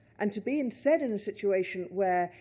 and to be, instead, in the situation where,